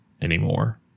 anymore